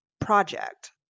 project